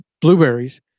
blueberries